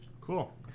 cool